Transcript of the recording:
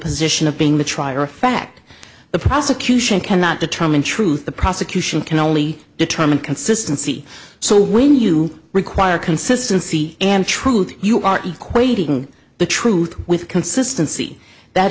position of being the trier of fact the prosecution cannot determine truth the prosecution can only determine consistency so when you require consistency and truth you are equating the truth with consistency that